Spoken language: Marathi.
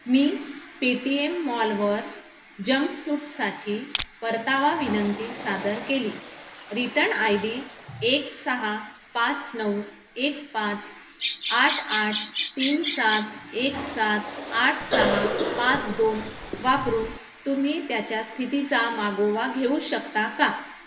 मी पेटीएम मॉलवर जम्पसूटसाठी परतावा विनंती सादर केली रिटन आय डी एक सहा पाच नऊ एक पाच आठ आठ तीन सात एक सात आठ सहा पाच दोन वापरून तुम्ही त्याच्या स्थितीचा मागोवा घेऊ शकता का